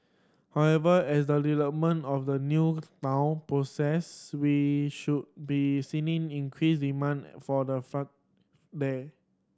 however as the development of the new town progress we should be seeing increased demand for the flat there